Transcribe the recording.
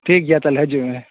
ᱴᱷᱤᱠ ᱜᱮᱭᱟ ᱛᱟᱦᱚᱞᱮ ᱦᱤᱡᱩᱜ ᱢᱮ